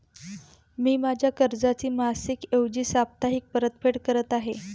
मी माझ्या कर्जाची मासिक ऐवजी साप्ताहिक परतफेड करत आहे